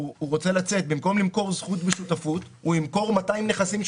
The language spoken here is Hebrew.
דיברת על זה שהיא לצורך העניין קרן